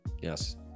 Yes